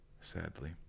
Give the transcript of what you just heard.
sadly